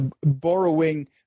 borrowing